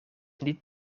niet